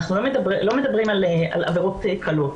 אנחנו לא מדברים על עבירות קלות.